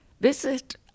visit